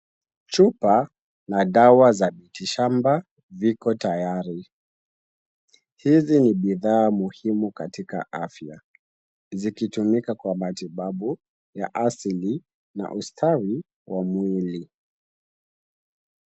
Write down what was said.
Chupa la dawa za miti shamba liko tayari ,hivi ni bidhaa muhimu katika afya, zikitumika kwa matibabu ya asili na ustawi wa mwili .